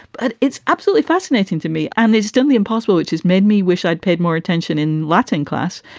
but it's absolutely fascinating to me and it's totally impossible, which has made me wish i'd paid more attention in latin class.